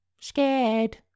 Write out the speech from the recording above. Scared